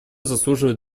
заслуживают